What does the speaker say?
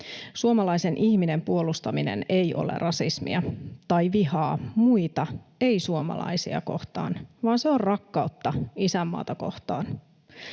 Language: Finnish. Suomalaisen ihmisen puolustaminen ei ole rasismia tai vihaa muita, ei-suomalaisia kohtaan, vaan se on rakkautta isänmaata kohtaan.